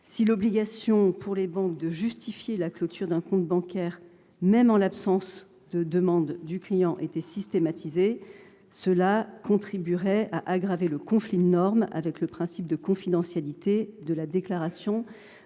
Si l’obligation pour les banques de justifier la clôture d’un compte bancaire était systématisée, même en l’absence de demande du client, cela contribuerait à aggraver le conflit de normes avec le principe de confidentialité de la déclaration